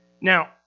Now